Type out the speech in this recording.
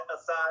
aside